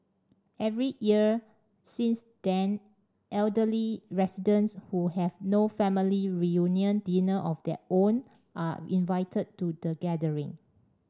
every year since then elderly residents who have no family reunion dinner of their own are invited to the gathering